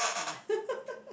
ah